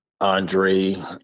Andre